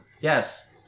Yes